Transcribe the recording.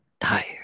tired